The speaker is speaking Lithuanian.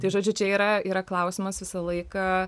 tai žodžiu čia yra yra klausimas visą laiką